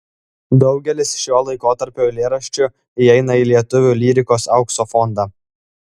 daugelis šio laikotarpio eilėraščių įeina į lietuvių lyrikos aukso fondą